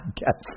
guess